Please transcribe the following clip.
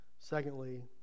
Secondly